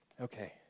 Okay